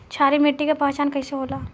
क्षारीय मिट्टी के पहचान कईसे होला?